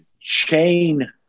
chain